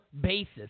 basis